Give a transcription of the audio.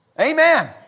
Amen